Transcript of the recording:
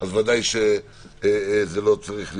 אז כמובן שזה לא צריך להיות,